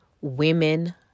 Women